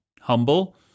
humble